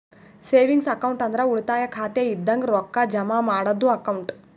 savings account ಅಂದ್ರ ಉಳಿತಾಯ ಖಾತೆ ಇದಂಗ ರೊಕ್ಕಾ ಜಮಾ ಮಾಡದ್ದು ಅಕೌಂಟ್